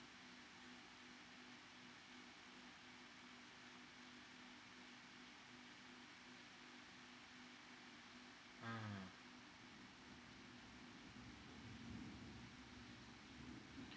um